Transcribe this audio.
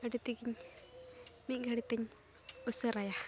ᱟᱹᱰᱤ ᱛᱮᱫᱜᱮᱧ ᱢᱤᱫ ᱜᱷᱟᱹᱲᱤᱛᱮᱧ ᱩᱥᱟᱹᱨᱟᱭᱟ